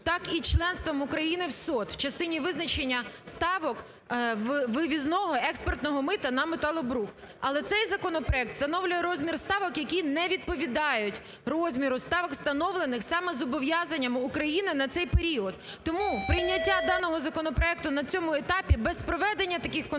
так і членством України в СОТ в частині визначення ставок вивізного (експортного) мита на металобрухт. Але цей законопроект встановлює розмір ставок, які не відповідають розміру ставок, встановлених саме зобов'язаннями України на цей період. Тому прийняття даного законопроекту на цьому етапі без проведення таких консультацій